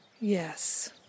Yes